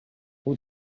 who